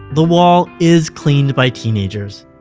the wall is cleaned by teenagers.